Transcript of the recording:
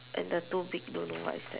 and the two big don't know what is that